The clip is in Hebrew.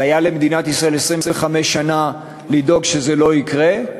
היו למדינת ישראל 25 שנה לדאוג שזה לא יקרה.